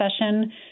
session